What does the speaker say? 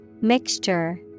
Mixture